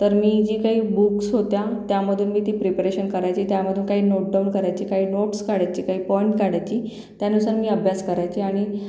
तर मी जे काही बुक्स होत्या त्यामध्ये मी ती प्रिपरेशन करायची त्यामधून काही नोट डाऊन करायची काही नोट्स काढायची काही पॉईंट काढायची त्यानुसार मी अभ्यास करायची आणि